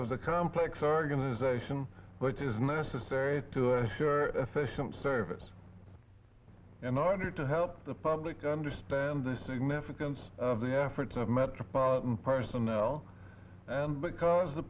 of the complex organization which is necessary to insure efficient service in order to help the public understand the significance of the efforts of metropolitan personnel and because the